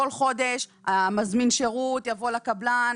כל חודש מזמין השירות יבוא לקבלן,